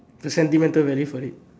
the sentimental value for it